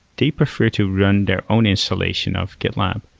they prefer to run their own installation of gitlab,